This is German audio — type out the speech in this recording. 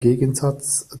gegensatz